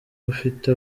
ufite